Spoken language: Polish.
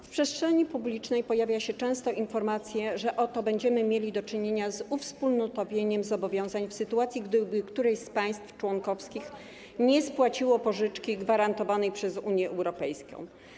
W przestrzeni publicznej pojawiają się często informacje, że oto będziemy mieli do czynienia z uwspólnotowieniem zobowiązań w sytuacji, gdyby któreś z państw członkowskich nie spłaciło pożyczki gwarantowanej przez Unię Europejską.